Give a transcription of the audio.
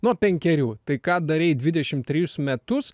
nuo penkerių tai ką darei dvidešimt trejus metus